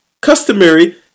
customary